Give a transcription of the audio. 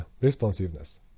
responsiveness